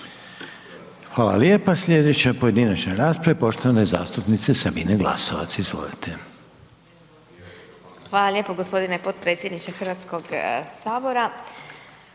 Hvala lijepa. Sljedeća pojedinačna rasprava je poštovane zastupnice Sabine Glasovac. Izvolite. **Glasovac, Sabina (SDP)** Hvala lijepo gospodine potpredsjedniče Hrvatskog sabora.